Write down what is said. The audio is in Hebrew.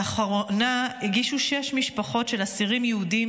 לאחרונה הגישו שש משפחות של אסירים יהודים